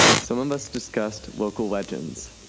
some of us discussed local legends.